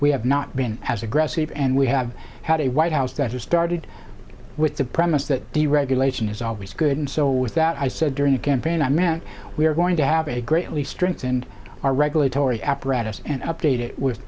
we have not been as aggressive and we have had a white house that has started with the premise that deregulation is always good and so with that i said during the campaign i meant we were going to have a greatly strengthened our regulatory apparatus and update it w